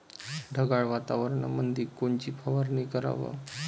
ढगाळ वातावरणामंदी कोनची फवारनी कराव?